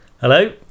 Hello